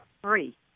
three